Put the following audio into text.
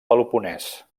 peloponès